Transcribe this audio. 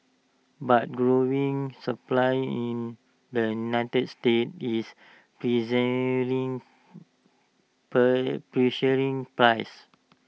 but growing supply in the united states is pressuring pressuring prices